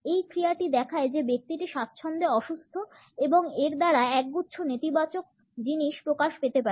এই ক্রিয়াটি দেখায় যে ব্যক্তিটি স্বাচ্ছন্দ্যে অসুস্থ এবং এর দ্বারা একগুচ্ছ নেতিবাচক জিনিস প্রকাশ পেতে পারে